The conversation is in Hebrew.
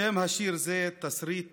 שם השיר, "תסריט מוכן":